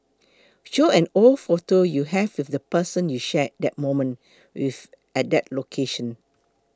show an old photo you have with the person you shared that moment with at that location